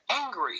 angry